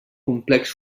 complex